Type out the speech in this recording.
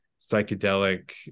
psychedelic